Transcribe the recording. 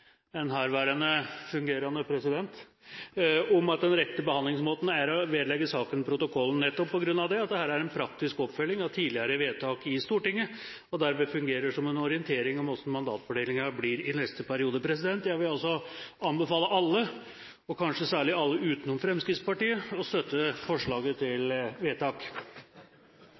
en herværende fungerende president, om at den rette behandlingsmåten er å vedlegge saken protokollen – nettopp på grunn av at dette er en praktisk oppfølging av tidligere vedtak i Stortinget og dermed fungerer som en orientering om hvordan mandatfordelingen blir i neste periode. Jeg vil anbefale alle, og kanskje særlig alle utenom Fremskrittspartiet, å støtte forslaget til vedtak.